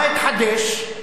מה התחדש?